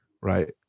right